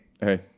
Hey